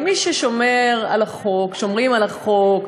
ומי ששומרים על החוק,